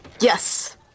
Yes